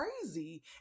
crazy